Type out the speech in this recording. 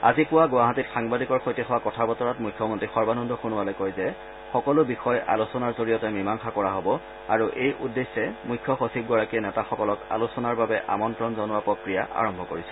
আজি পুৱা গুৱাহাটীত সাংবাদিকৰ সৈতে হোৱা কথা বতৰাত মুখ্যমন্ত্ৰী সৰ্বানন্দ সোণোৱালে কয় যে সকলো বিষয় আলোচনাৰ জৰিয়তে মীমাংশা কৰা হ'ব আৰু এই উদ্দেশ্যে মুখ্য সচিবগৰাকীয়ে নেতাসকলক আলোচনাৰ বাবে আমন্ত্ৰণ জনোৱা প্ৰক্ৰিয়া আৰম্ভ কৰিছে